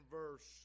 verse